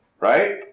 right